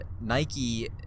Nike